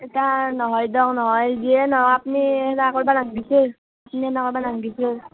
ইতা নহয় দক নহয় যিয়ে নহক আপুনি সেনাই কৰিব নালগিছিল আপুনি সেনাই কৰিব নালগিছিল